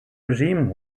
regime